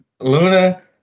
Luna